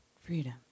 freedom